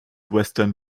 western